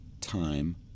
time